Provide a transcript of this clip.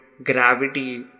gravity